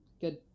good